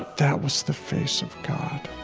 that was the face of god.